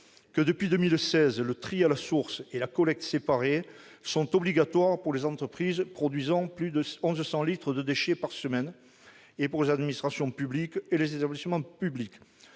que, depuis 2016, le tri à la source et la collecte séparée sont obligatoires pour les entreprises produisant plus de 1 100 litres de déchets par semaine et pour les administrations publiques et les établissements publics.